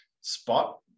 spot